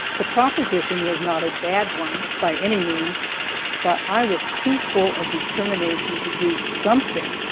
the proposition was not a bad one, by any means but i was too full of determination to do something,